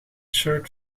shirt